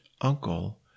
uncle